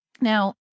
Now